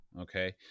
okay